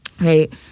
Right